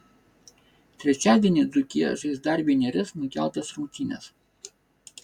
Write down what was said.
trečiadienį dzūkija žais dar vienerias nukeltas rungtynes